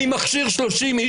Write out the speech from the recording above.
אני מכשיר 30 איש,